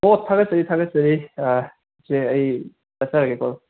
ꯑꯣꯍ ꯊꯥꯒꯠꯆꯔꯤ ꯊꯥꯒꯠꯆꯔꯤ ꯏꯆꯦ ꯑꯩ ꯆꯠꯆꯔꯒꯦꯀꯣ